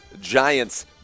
Giants